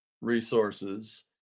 resources